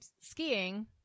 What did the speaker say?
skiing